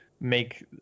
make